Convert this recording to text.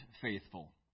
faithful